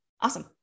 Awesome